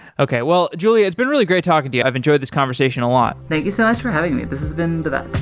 okay. well, julia, it's been really great talking to you. i've enjoyed this conversation a lot. thank you so much for having me. this has been the best.